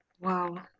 Wow